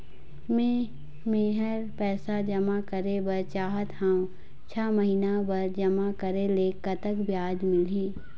मे मेहर पैसा जमा करें बर चाहत हाव, छह महिना बर जमा करे ले कतक ब्याज मिलही?